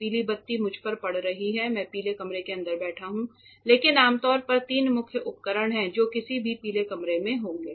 पीली बत्ती मुझ पर पड़ रही है मैं पीले कमरे के अंदर बैठा हूं लेकिन आम तौर पर तीन मुख्य उपकरण क्या हैं जो किसी भी पीले कमरे में होंगे